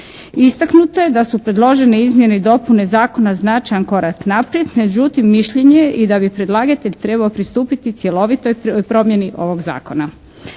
Istaknuto je da su predložene izmjene i dopune zakona značajan korak naprijed, međutim mišljenje je i da bi predlagatelj trebao pristupiti cjelovitoj promjeni ovog zakona.